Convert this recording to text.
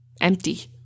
empty